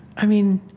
i mean,